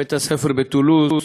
בית-הספר בטולוז.